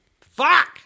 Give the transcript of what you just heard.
fuck